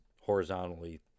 horizontally